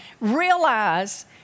realize